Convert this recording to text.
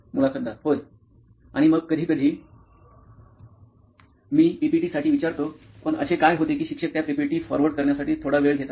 मुलाखतदार होय आणि मग कधीकधी मी पीपीटीसाठी विचारतो पण असे काय होते की शिक्षक त्या पीपीटी फॉरवर्ड करण्यासाठी थोडा वेळ घेतात